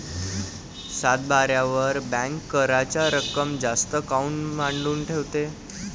सातबाऱ्यावर बँक कराच रक्कम जास्त काऊन मांडून ठेवते?